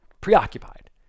preoccupied